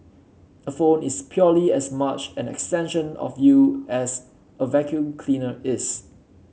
a phone is purely as much an extension of you as a vacuum cleaner is